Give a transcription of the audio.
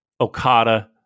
Okada